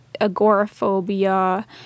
agoraphobia